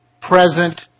present